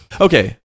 Okay